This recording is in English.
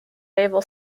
naval